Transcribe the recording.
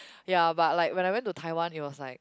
ya but like when I went to Taiwan it was like